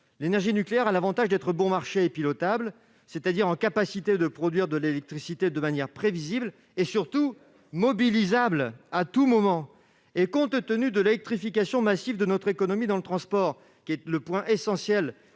dernière présente l'avantage d'être bon marché, pilotable, c'est-à-dire en capacité de produire de l'électricité de manière prévisible, et surtout mobilisable à tout moment. Compte tenu de l'électrification massive de notre économie, en particulier dans le secteur